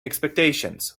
expectations